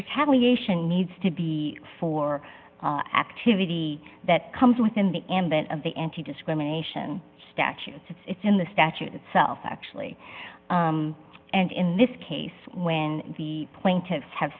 retaliation needs to be for activity that comes within the ambit of the anti discrimination statutes it's in the statute itself actually and in this case when the plaintiffs have